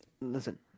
Listen